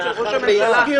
של ראש הממשלה,